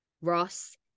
Ross